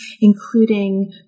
including